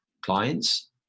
clients